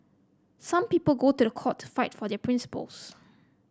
some people go to the court to fight for their principles